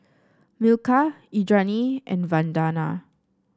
Milkha Indranee and Vandana